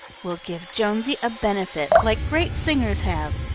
we'll give jonesy a benefit, like great singers have.